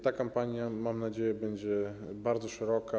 Ta kampania, mam nadzieję, będzie bardzo szeroka.